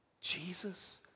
Jesus